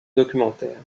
documentaire